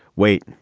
wait